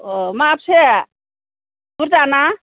अ माबेसे बुरजाना